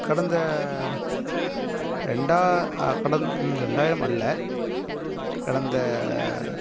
கடந்த ரெண்டா ரெண்டா கடந் ரெண்டாயிரம் அல்ல கடந்த